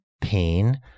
pain